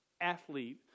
athlete